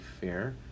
fair